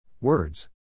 Words